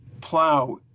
plow